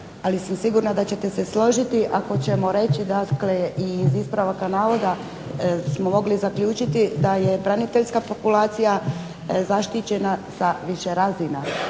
ali sam sigurna da ćete se složiti ako ćemo reći dakle i iz ispravaka navoda smo mogli zaključiti da je braniteljska populacija zaštićena sa više razina.